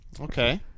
Okay